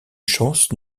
chance